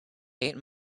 eight